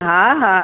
हा हा